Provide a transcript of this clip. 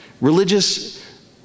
religious